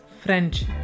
French